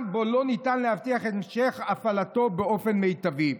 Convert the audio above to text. שבו לא ניתן להבטיח את המשך הפעלתו באופן מיטבי.